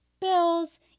bills